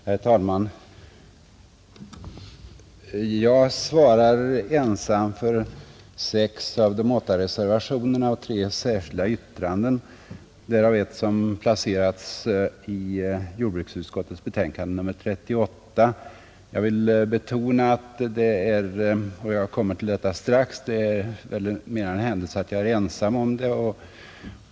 Herr talman! Jag svarar ensam för sex av de åtta reservationerna och har dessutom skrivit tre särskilda yttranden, därav ett som placerats i jordbruksutskottets betänkande nr 38. Jag vill betona — och jag kommer till detta strax — att det mera är en händelse att jag är ensam om detta.